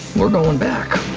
we're going back.